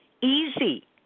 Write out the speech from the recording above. easy